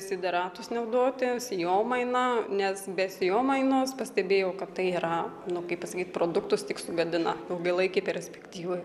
sideratus naudoti sėjomainą nes be sėjomainos pastebėjau kad tai yra nu kaip pasakyt produktus tik sugadina ilgalaikėj perspektyvoj